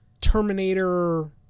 Terminator